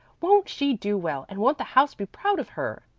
won't she do well, and won't the house be proud of her?